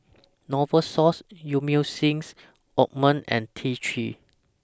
Novosource Emulsying Ointment and T three